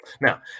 Now